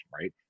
right